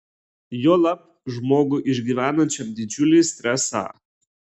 juolab žmogui išgyvenančiam didžiulį stresą